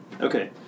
Okay